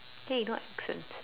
okay nonsense